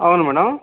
అవును మేడం